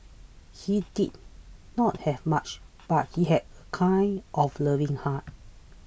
he did not have much but he had a kind of loving heart